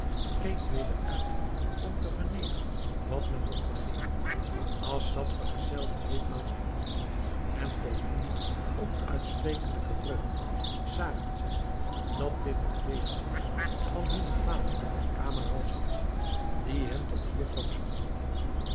weder uit om te vernemen wat men mogt begeeren assad vergezelde ditmaal zijn broeder en tot hunne onuitsprekelijke vreugde zagen zij dat dit het leger was van hunnen vader camaralzaman die hen tot hier kwam zoeken